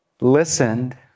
listened